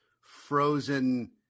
frozen